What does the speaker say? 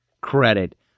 credit